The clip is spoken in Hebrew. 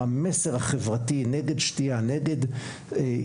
המסר החברתי נגד שתייה ועישון,